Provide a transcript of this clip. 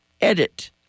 edit